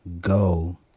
go